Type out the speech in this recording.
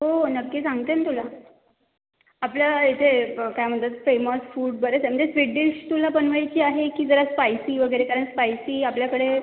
हो नक्की सांगते ना तुला आपल्या इथे काय म्हणतात फेमस फूड बरेच आहे म्हणजे स्वीट डिश तुला बनवायची आहे की जरा स्पायसी वगैरे कारण स्पायसी आपल्याकडे